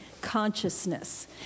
consciousness